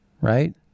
Right